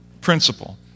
principle